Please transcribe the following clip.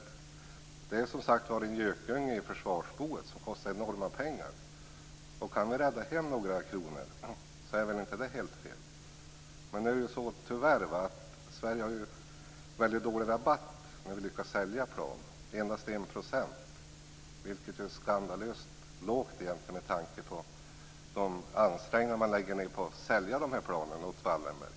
Det är, som sagt var, en gökunge i försvarsboet som kostar enorma pengar. Kan vi rädda hem några kronor är väl inte det helt fel. Nu är det tyvärr så att Sverige har väldigt dålig rabatt när vi lyckas sälja planen, endast 1 %. Det är ju skandalöst lågt med tanke på de ansträngningar man lägger ned på att sälja planen åt Wallenberg.